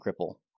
Cripple